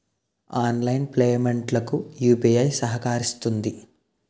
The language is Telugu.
ఆన్లైన్ పేమెంట్ లకు యూపీఐ సహకరిస్తుంది